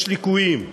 יש ליקויים,